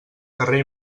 carrer